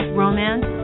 romance